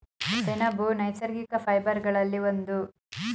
ಸೆಣಬು ನೈಸರ್ಗಿಕ ಫೈಬರ್ ಗಳಲ್ಲಿ ಒಂದು